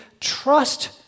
trust